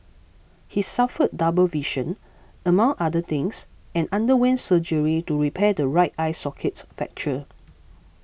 he suffered double vision among other things and underwent surgery to repair the right eye socket fracture